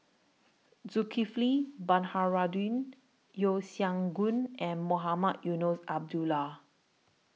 Zulkifli Baharudin Yeo Siak Goon and Mohamed Eunos Abdullah